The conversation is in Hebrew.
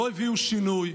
לא הביאו שינוי.